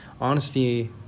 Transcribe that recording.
Honesty